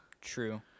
True